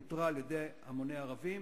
כותרה על-ידי המוני ערבים